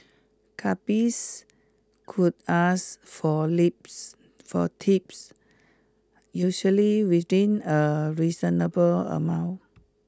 cabbies could ask for lips for tips usually within a reasonable amount